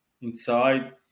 inside